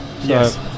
yes